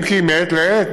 אם כי מעת לעת,